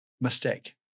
Mistake